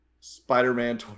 Spider-Man